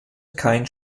kein